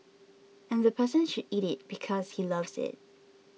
and the person should eat it because he loves it